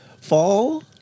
fall